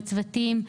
לצוותים.